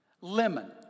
Lemon